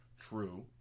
True